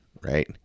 Right